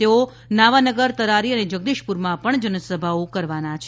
તેઓ નાવાનગર તરારી અને જગદીશપુરમાં પણ જનસભાઓ કરવાના છે